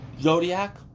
Zodiac